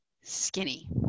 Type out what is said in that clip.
skinny